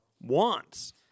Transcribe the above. wants